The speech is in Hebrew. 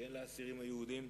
שאין לאסירים היהודים.